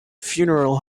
funeral